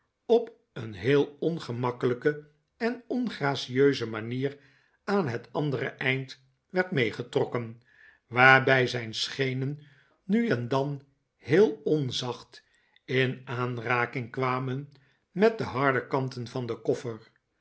op een heel ongemakkelijke en ongracieuse manier aan het andere eind werd meegetrokken waarbij zijn schenen nu en dan heel onzacht in aanraking kwamen met de harde kanten van den koffer